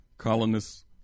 Colonists